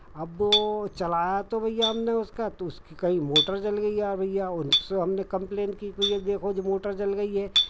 अब वो चलाया तो भैया हमने उसका तो उसकी कई मोटर जल गयी यार भैया सो हमने कंप्लेन की वो ये देखो जे मोटर जल गयी है